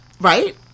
Right